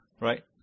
right